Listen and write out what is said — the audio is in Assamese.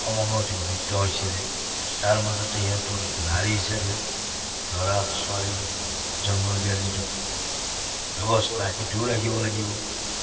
হৈছিলে তাৰ মাজতে সিহঁতৰ নাৰী হিচাপে ল'ৰা ছোৱালী জন্ম দিয়াৰ যিটো ব্যৱস্থা সেইটোও ৰাখিব লাগিব